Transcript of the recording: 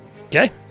Okay